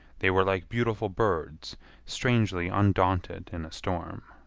they were like beautiful birds strangely undaunted in a storm.